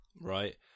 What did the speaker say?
Right